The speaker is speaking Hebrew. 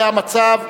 זה המצב.